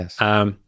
yes